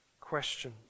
question